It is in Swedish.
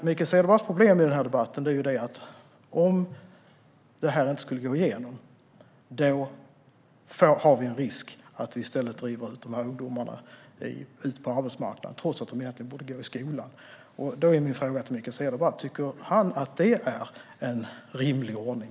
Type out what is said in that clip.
Mikael Cederbratts problem i den här debatten är att om det här inte skulle gå igenom finns en risk att vi i stället driver ut de här ungdomarna på arbetsmarknaden, trots att de egentligen borde gå i skolan. Min fråga till Mikael Cederbratt är om han tycker att det är en rimlig ordning.